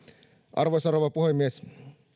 arvoisa rouva puhemies